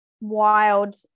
wild